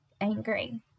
angry